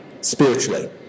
spiritually